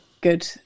good